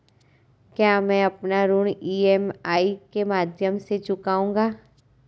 क्या मैं अपना ऋण ई.एम.आई के माध्यम से चुकाऊंगा?